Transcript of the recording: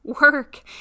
work